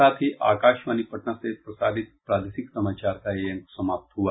इसके साथ ही आकाशवाणी पटना से प्रसारित प्रादेशिक समाचार का ये अंक समाप्त हुआ